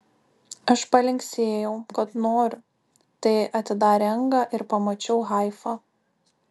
aš palinksėjau kad noriu tai atidarė angą ir pamačiau haifą